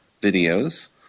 videos